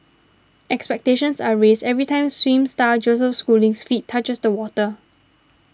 expectations are raised every time swim star Joseph Schooling's feet touches the water